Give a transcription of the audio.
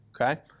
Okay